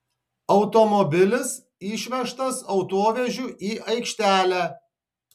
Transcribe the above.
automobilis išvežtas autovežiu į aikštelę